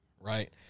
right